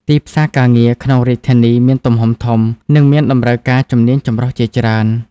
ទីផ្សារការងារក្នុងរាជធានីមានទំហំធំ និងមានតម្រូវការជំនាញចម្រុះជាច្រើន។